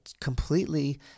completely